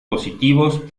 positivos